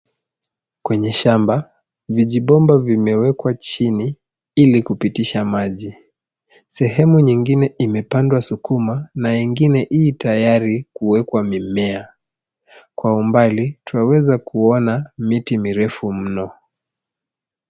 Kwenye shamba vijibomba vimewekwa chini ili kupitisha maji. Sehemu nyingine imepandwa sukuma na ingine itayari kuwekwa mimea. Kwa umbali, twaweza kuona miti mirefu mno.